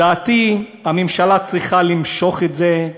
לדעתי, הממשלה צריכה למשוך את זה,